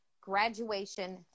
graduation